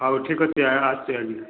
ହଉ ଠିକ୍ ଅଛି ଆଜ୍ଞା ଆସୁଛି ଆଜି